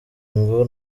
ngo